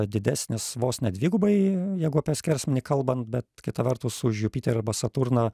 didesnis vos ne dvigubai jeigu apie skersmenį kalbant bet kita vertus už jupiterį arba saturną